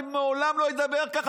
אני לעולם לא אדבר ככה,